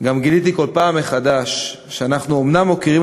גם גיליתי כל פעם מחדש שאנחנו אומנם מוקירים